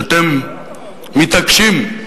שאתם מתעקשים,